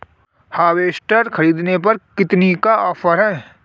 Harvester ख़रीदने पर कितनी का ऑफर है?